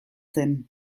zen